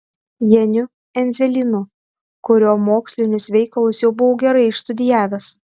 janiu endzelynu kurio mokslinius veikalus jau buvau gerai išstudijavęs